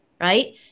right